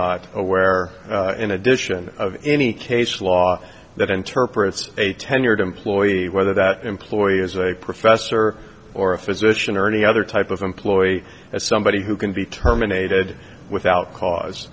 not aware in addition of any case law that interprets a tenured employee whether that employee is a professor or a physician or any other type of employee as somebody who can be terminated without cause